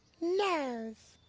nose.